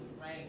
right